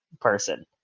person